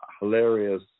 hilarious